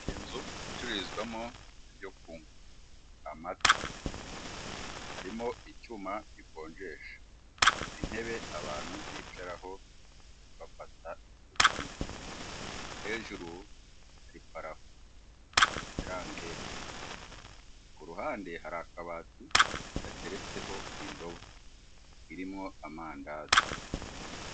Inzu icururizwamo ibyo kunywa, amata, harimo icyuma gikonjesha, intebe abantu bicaraho bafata icyo kunywa, hejuru hari parafo ya rangete, ku ruhande hari akabati gateretseho indobo irimo amandazi.